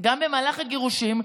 גם במהלך הגירושים,